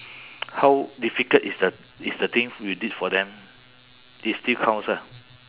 how difficult is the is the thing you did for them it still counts ah